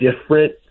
different